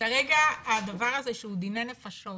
כרגע הדבר הזה, שהוא דיני נפשות